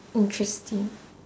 interesting